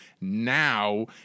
now